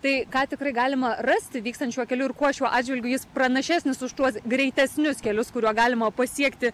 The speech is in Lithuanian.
tai ką tikrai galima rasti vykstant šiuo keliu ir kuo šiuo atžvilgiu jis pranašesnis už tuos greitesnius kelius kuriuo galima pasiekti